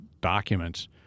documents